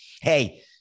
Hey